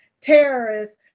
terrorists